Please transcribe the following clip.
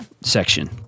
section